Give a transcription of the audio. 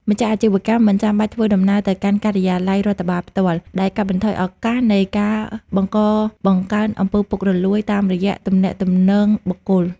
ម្ចាស់អាជីវកម្មមិនចាំបាច់ធ្វើដំណើរទៅកាន់ការិយាល័យរដ្ឋបាលផ្ទាល់ ដែលកាត់បន្ថយឱកាសនៃការបង្កបង្កើន អំពើពុករលួយ តាមរយៈទំនាក់ទំនងបុគ្គល។